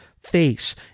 face